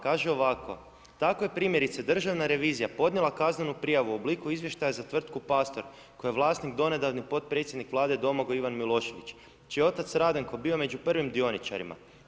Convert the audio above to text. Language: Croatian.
Kaže ovako: tako je primjerice, državna revizija podnijela kaznenu prijavu u obliku izvještaja za tvrtku Pastor koje je vlasnik donedavni potpredsjednik Vlade Domagoj Ivan Milošević, čije je otac Radenko bio među prvim dioničarima.